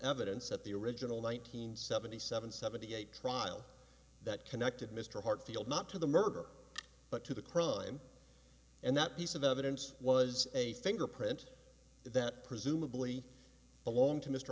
evidence at the original one nine hundred seventy seven seventy eight trial that connected mr hartfield not to the murder but to the crime and that piece of evidence was a fingerprint that presumably belonged to mr